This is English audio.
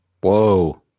Whoa